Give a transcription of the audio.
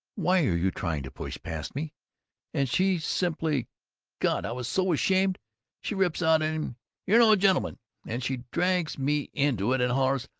why are you trying to push past me and she simply god, i was so ashamed she rips out at him, you're no gentleman and she drags me into it and hollers,